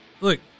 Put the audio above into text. look